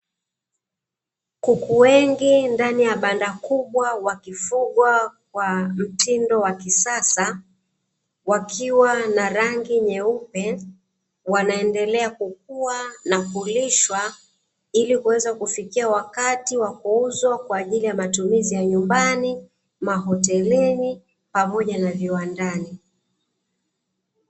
Kuku wengi ndani ya banda kubwa wakifugwa kwa mtindo wakisasa wakiwa na rangi nyeupe wanaendelea kukuwa na kulishwa ilikuweza kufikia wakati wa kuuzwa kwa ajili ya matumizi ya nyumbani, mahotelini pamoja na viwandani.